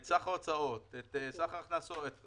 את סך ההוצאות, את סך ההכנסות.